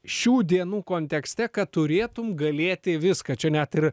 šių dienų kontekste kad turėtum galėt viską čia net ir